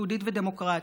יהודית ודמוקרטית,